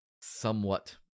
somewhat